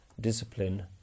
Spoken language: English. discipline